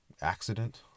accident